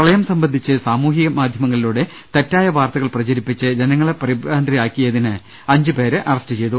പ്രളയം സംബന്ധിച്ച് സാമൂഹ്യ മാധ്യമങ്ങളിലൂടെ തെറ്റായ വാർത്തകൾ പ്രചരിപ്പിച്ച് ജനങ്ങളെ പരിഭ്രാന്തരാക്കിയതിന് അഞ്ചുപേരെ അറസ്റ്റ് ചെയ്തു